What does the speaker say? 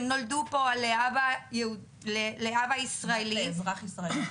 שנולדה פה לאבא אזרח ישראלי